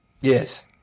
yes